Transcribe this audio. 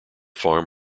farm